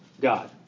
God